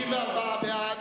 54 בעד,